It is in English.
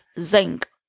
zinc